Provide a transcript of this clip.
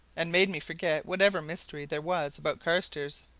and made me forget whatever mystery there was about carstairs,